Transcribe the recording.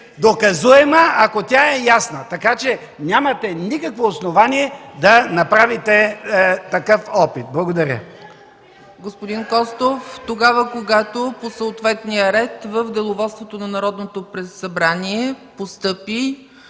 доказуема, ако тя е ясна, така че нямате никакво основание да направите такъв опит. Благодаря.